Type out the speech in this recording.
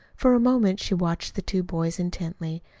for a moment she watched the two boys intently.